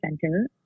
center